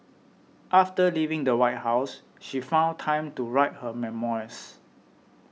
after leaving the White House she found time to write her memoirs